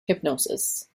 hypnosis